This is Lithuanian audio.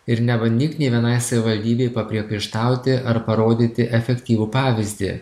ir nebandyk nė vienai savivaldybei papriekaištauti ar parodyti efektyvų pavyzdį